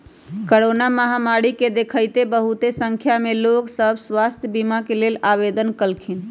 corona महामारी के देखइते बहुते संख्या में लोग सभ स्वास्थ्य बीमा के लेल आवेदन कलखिन्ह